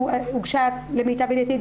למיטב ידיעתי,